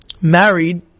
married